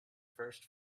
first